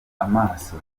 amaso